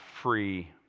free